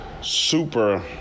super